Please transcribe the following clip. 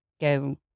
go